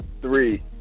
three